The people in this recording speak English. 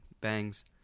bangs